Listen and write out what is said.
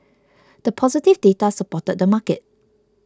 the positive data supported the market